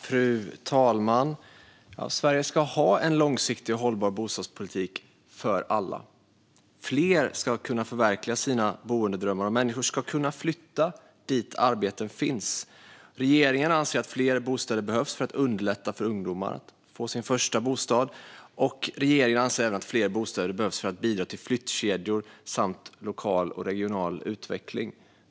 Fru talman! Sverige ska ha en långsiktig och hållbar bostadspolitik för alla. Fler ska kunna förverkliga sina boendedrömmar. Människor ska också kunna flytta dit där arbeten finns. Regeringen anser att det behövs fler bostäder, för att underlätta för ungdomar att få sin första bostad och för att bidra till flyttkedjor samt lokal och regional utveckling.